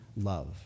love